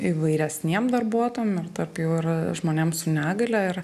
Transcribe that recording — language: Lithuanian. įvairesniem darbuotojam ir tarp jų ir žmonėm su negalia ir